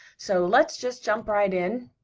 so let's just jump right in,